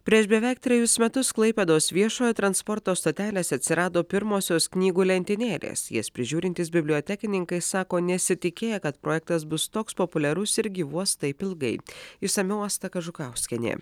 prieš beveik trejus metus klaipėdos viešojo transporto stotelėse atsirado pirmosios knygų lentynėlės jas prižiūrintys bibliotekininkai sako nesitikėję kad projektas bus toks populiarus ir gyvuos taip ilgai išsamiau asta kažukauskienė